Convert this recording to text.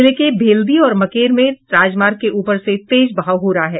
जिले के भेल्दी और मकेर में राजमार्ग के ऊपर से तेज बहाव हो रहा है